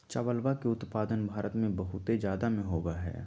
चावलवा के उत्पादन भारत में बहुत जादा में होबा हई